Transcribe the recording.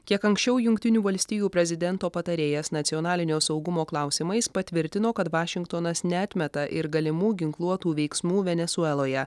kiek anksčiau jungtinių valstijų prezidento patarėjas nacionalinio saugumo klausimais patvirtino kad vašingtonas neatmeta ir galimų ginkluotų veiksmų venesueloje